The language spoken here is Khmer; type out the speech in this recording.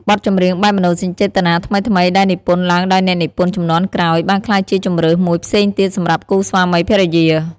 បទចម្រៀងបែបមនោសញ្ចេតនាថ្មីៗ ដែលនិពន្ធឡើងដោយអ្នកនិពន្ធជំនាន់ក្រោយ បានក្លាយជាជម្រើសមួយផ្សេងទៀតសម្រាប់គូស្វាមីភរិយា។